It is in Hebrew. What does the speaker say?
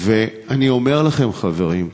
אני אומר לכם, חברים,